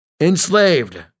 enslaved